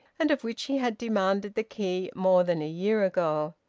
and of which he had demanded the key more than a year ago.